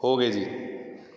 ਹੋ ਗਏ ਜੀ